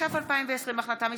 התש"ף 2020, החלטה מס'